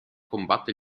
combatte